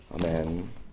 Amen